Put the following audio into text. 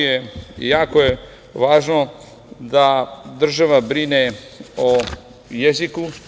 Jako je važno da država brine o jeziku.